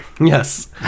yes